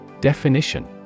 Definition